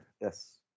yes